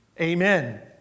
Amen